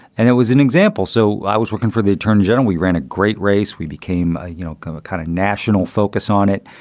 and it was an example. so i was working for the attorney general. we ran a great race. we became, ah you know, kind of a kind of national focus on it.